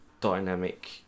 dynamic